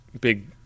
big